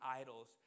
idols